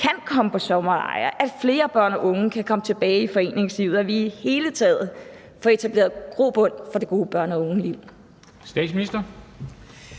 kan komme på sommerlejr, at flere børn og unge kan komme tilbage i foreningslivet, og at vi i det hele taget får etableret grobund for det gode børne- og ungeliv.